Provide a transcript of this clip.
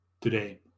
today